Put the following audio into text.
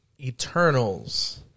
eternals